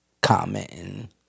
commenting